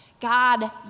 God